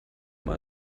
mal